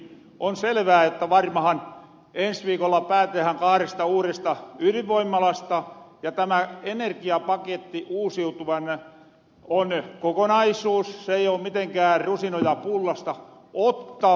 on selvää että varmahan ens viikolla päätetähän kahresta uuresta ydinvoimalasta ja tämä uusiutuvan energian paketti on kokonaisuus se ei oo mitenkään rusinoja pullasta ottava